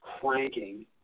cranking